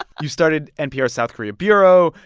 you started npr's south korea bureau.